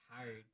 tired